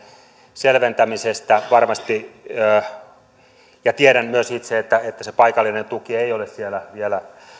selventämisestä on varmasti niin ja tiedän myös itse että että se paikallinen tuki ei ole siellä vielä